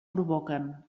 provoquen